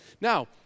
Now